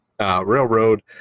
railroad